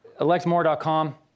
electmore.com